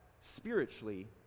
spiritually